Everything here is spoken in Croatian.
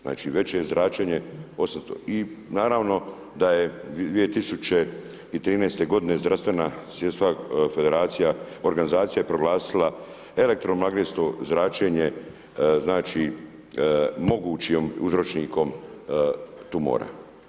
Znači veće je zračenje i naravno da je 2013. godine Zdravstvena svjetska organizacija proglasila elektromagnetsko zračenje znači mogućim uzročnikom tumora.